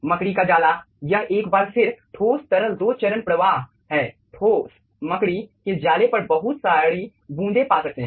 मकडि का जाला यह एक बार फिर ठोस तरल दो चरण प्रवाह है ठोस मकडि के जाले पर बहुत सारी बूंदें पा सकते हैं